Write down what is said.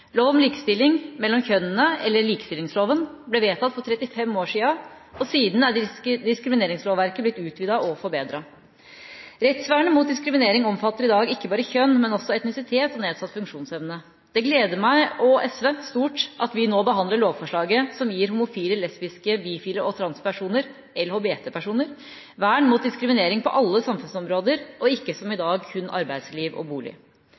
Lov om likestilling mellom kjønnene – eller likestillingsloven – ble vedtatt for 35 år siden, og siden er diskrimineringslovverket blitt utvidet og forbedret. Rettsvernet mot diskriminering omfatter i dag ikke bare kjønn, men også etnisitet og nedsatt funksjonsevne. Det gleder meg og SV stort at vi nå behandler lovforslaget som gir homofile, lesbiske, bifile og transpersoner – LHBT-personer – vern mot diskriminering på alle samfunnsområder, og ikke som i dag at det kun gjelder arbeidsliv og bolig.